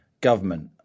government